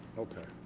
okay.